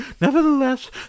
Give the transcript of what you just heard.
nevertheless